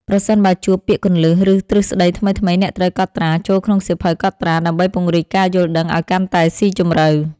ប្រសិនបើជួបពាក្យគន្លឹះ ឬទ្រឹស្ដីថ្មីៗ អ្នកត្រូវកត់ត្រាចូលក្នុងសៀវភៅកត់ត្រា ដើម្បីពង្រីកការយល់ដឹងឱ្យកាន់តែស៊ីជម្រៅ។